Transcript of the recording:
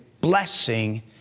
blessing